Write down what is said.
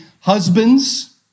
Husbands